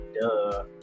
Duh